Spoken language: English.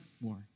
more